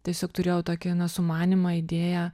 tiesiog turėjau tokį na sumanymą idėją